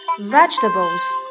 Vegetables